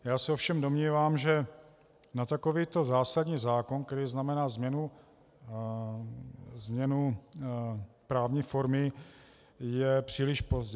Já se ovšem domnívám, že na takovýto zásadní zákon, který znamená změnu právní formy, je příliš pozdě.